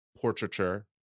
portraiture